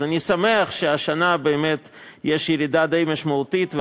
אז אני שמח שהשנה באמת יש ירידה די משמעותית,